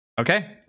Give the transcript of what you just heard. okay